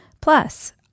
Plus